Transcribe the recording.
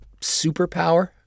superpower